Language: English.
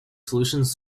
solutions